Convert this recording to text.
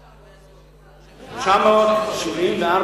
רק 974,